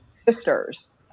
sisters